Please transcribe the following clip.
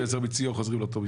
עזר מציון, חוזרים על לאותו מבנה.